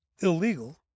illegal